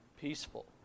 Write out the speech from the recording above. peaceful